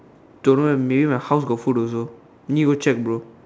don't know eh maybe my house got food also need to go check bro